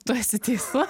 tu esi teisus